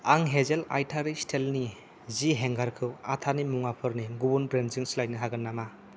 आं हेजेल आयटारि स्टिलनि जि हेंगारखौ आटानि मुवाफोरनि गुबुन ब्रेन्डजों सोलायनो हागोन नामा